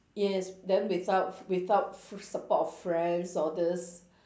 yes then without without support of friends all these